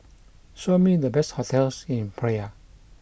Show me the best hotels in Praia